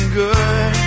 good